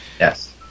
Yes